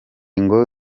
ngo